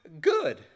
good